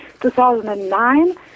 2009